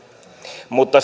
mutta